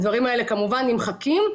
הדברים האלה כמובן נמחקים.